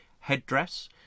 headdress